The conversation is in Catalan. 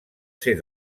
ser